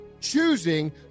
choosing